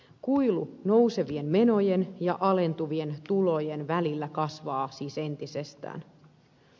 kuilu nousevien menojen ja alentuvien tulojen välillä kasvaa siis entisestään